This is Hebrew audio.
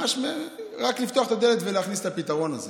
רק לפתוח את הדלת ולהכניס את הפתרון הזה.